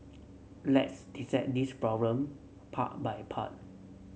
let's dissect this problem part by part